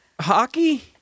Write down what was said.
Hockey